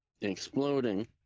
Exploding